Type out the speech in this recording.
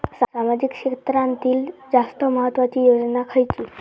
सामाजिक क्षेत्रांतील जास्त महत्त्वाची योजना खयची?